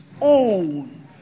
own